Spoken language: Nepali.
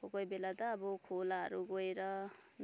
कोही कोही बेला त अब खोलाहरू गएर